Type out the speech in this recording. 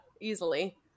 easily